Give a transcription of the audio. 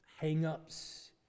hang-ups